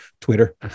Twitter